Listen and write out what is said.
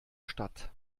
statt